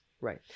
right